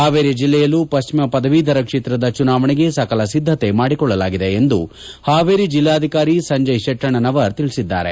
ಹಾವೇರಿ ಜಿಲ್ಲೆಯಲ್ಲೂ ಪ್ಲಿಮ ಪದವೀದರ ಕ್ಷೇತ್ರದ ಚುನಾವಣೆಗೆ ಸಕಲ ಸಿದ್ದತೆ ಮಾಡಿಕೊಳ್ಳಲಾಗಿದೆ ಎಂದು ಹಾವೇರಿ ಜಿಲ್ಲಾಧಿಕಾರಿ ಸಂಜಯ್ ಶೆಟ್ಷಣ್ಣವರ ತಿಳಿಸಿದ್ದಾರೆ